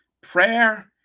Prayer